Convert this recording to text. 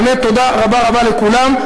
באמת תודה רבה רבה לכולם.